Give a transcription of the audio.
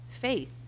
faith